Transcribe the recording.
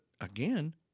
again